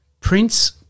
Prince